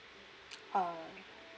oh